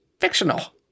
Fictional